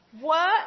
work